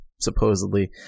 supposedly